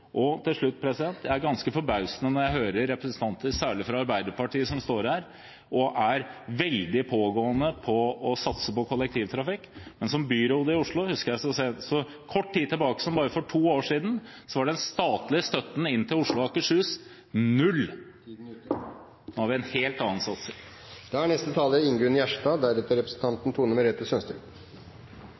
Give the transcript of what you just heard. Til slutt: Det er ganske forbausende når jeg hører representanter, særlig fra Arbeiderpartiet, som står her og er veldig pågående når det gjelder å satse på kollektivtrafikk. Men som byråd i Oslo husker jeg at for så kort tid som bare to år siden var den statlige støtten inn til Oslo og Akershus null. Nå har vi en helt annen